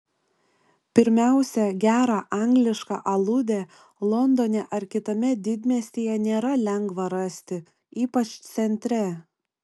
pirmiausia gerą anglišką aludę londone ar kitame didmiestyje nėra lengva rasti ypač centre